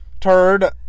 turd